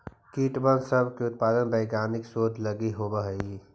कीटबन सब के उत्पादन वैज्ञानिक शोधों लागी भी होब हई